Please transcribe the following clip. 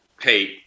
hey